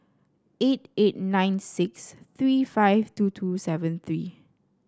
eight eight nine six three five two two seven three